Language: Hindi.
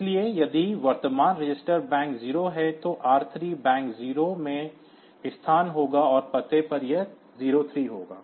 इसलिए यदि वर्तमान रजिस्टर बैंक 0 है तो R3 बैंक 0 में स्थान होगा और पते पर यह 03 होगा